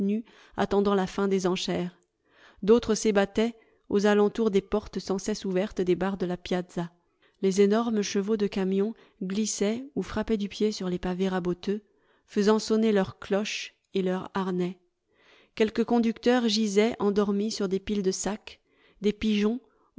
attendant la fin des enchères d'autres s'ébattaient aux alentours des portes sans cesse ouvertes des bars de la piazza les énormes chevaux de camions glissaient ou frappaient du pied sur les pavés raboteux faisant sonner leurs cloches et leurs harnais quelques conducteurs gisaient endormis sur des piles de sacs des pigeons